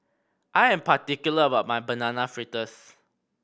I am particular about my Banana Fritters